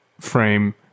frame